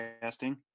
casting